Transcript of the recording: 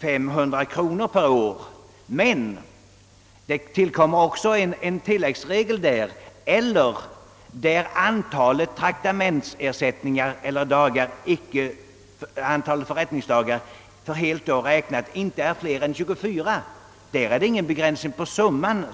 500 kronor per år. En tillläggsregel säger dessutom att där antalet förrättningsdagar för helt år räknat inte är fler än 24 är det ingen begränsning av summan.